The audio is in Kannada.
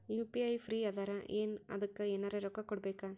ಯು.ಪಿ.ಐ ಫ್ರೀ ಅದಾರಾ ಏನ ಅದಕ್ಕ ಎನೆರ ರೊಕ್ಕ ಕೊಡಬೇಕ?